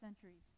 centuries